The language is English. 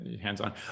hands-on